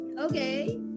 okay